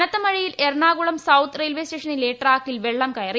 കനത്ത മഴയിൽ Ernakulam south railway സ്റ്റേഷനിലെ ട്രാക്കിൽ വെള്ളം കയറി